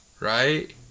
right